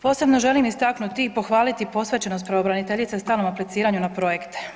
Posebno želim istaknuti i pohvaliti posvećenost pravobraniteljice stalnom apliciranju na projekte.